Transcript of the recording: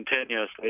continuously